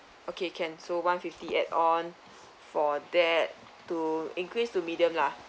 okay can so one fifty add on for that to increase to medium lah